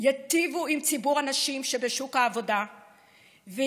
ייטיבו עם ציבור הנשים שבשוק העבודה וייגעו